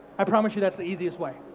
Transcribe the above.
i promise you that's the easiest way,